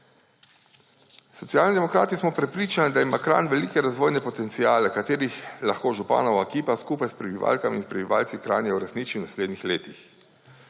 Socialni demokrati smo prepričani, da ima Kranj velike razvojne potenciale, katere lahko županova ekipa skupaj s prebivalkami in prebivalci Kranja uresniči v naslednjih letih.